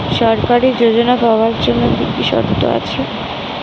সরকারী যোজনা পাওয়ার জন্য কি কি শর্ত আছে?